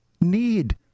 need